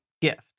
gift